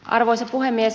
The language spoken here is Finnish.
arvoisa puhemies